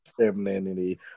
femininity